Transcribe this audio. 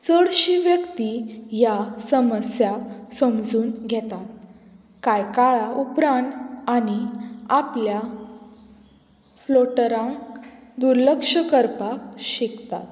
चडशी व्यक्ती ह्या समस्या समजून घेतात कांय काळा उपरांत आनी आपल्या फ्लोटरांक दुर्लक्ष करपाक शिकतात